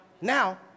Now